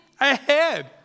ahead